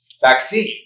Vaccine